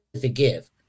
forgive